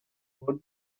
court